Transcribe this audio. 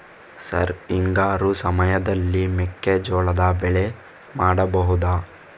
Sir ಹಿಂಗಾರು ಸಮಯದಲ್ಲಿ ಮೆಕ್ಕೆಜೋಳದ ಬೆಳೆ ಮಾಡಬಹುದಾ?